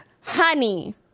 honey